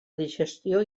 digestió